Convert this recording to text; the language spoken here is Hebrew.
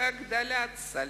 הגדלת סל